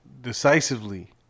decisively